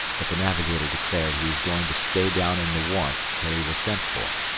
but the navigator declared he was going to stay down in the warmth till he was sent for.